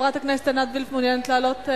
חברת הכנסת עינת וילף, מעוניינת לעלות?